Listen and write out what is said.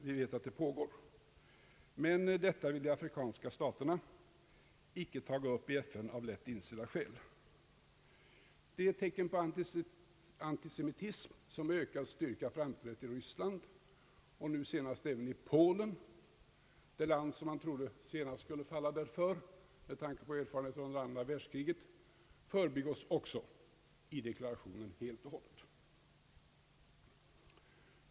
Vi vet att sådana pågår, men detta vill de afrikanska staterna icke taga upp i FN av lätt insedda skäl. De tecken på antisemitism som i ökad styrka framträtt i Ryssland och nu senast även i Polen, det land som man trodde sist skulle falla därför med tanke på erfarenheterna från det andra världskriget, förbigås också helt i regeringsdeklarationen.